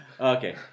Okay